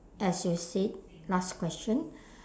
as you said last question